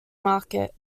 market